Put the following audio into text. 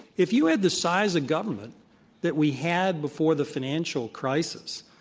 if you had the size of government that we had before the financial crisis,